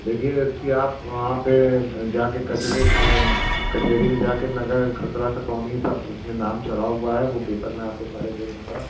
देखिए इसकी आप वहाँ पर जाकर कचरे कचेरी में जाकर नगर खसरा खासोनी सब उसमें नाम चढ़ा हुआ है वह पेपर मैं आपको सारे दे दूँगा